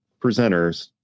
presenters